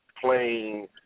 playing